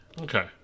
Okay